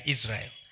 Israel